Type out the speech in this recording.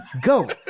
go